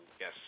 yes